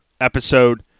episode